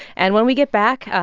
and when we get back,